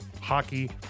hockey